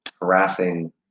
harassing